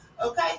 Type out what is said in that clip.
okay